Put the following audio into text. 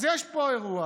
אז יש פה אירוע